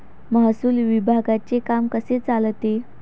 महसूल विभागाचे काम कसे चालते?